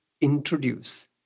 introduce